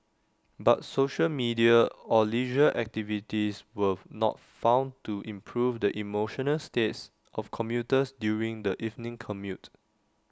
but social media or leisure activities were not found to improve the emotional states of commuters during the evening commute